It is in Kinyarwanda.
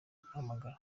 guhamagara